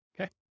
Okay